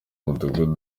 mudugudu